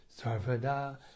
Sarvada